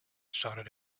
shouted